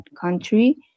country